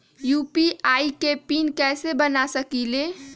UPI के pin कैसे बना सकीले?